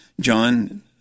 John